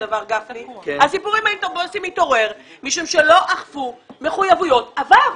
הסיפור עם האוטובוסים התעורר משום שלא אכפו מחויבויות עבר.